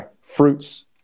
fruits